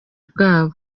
bwabo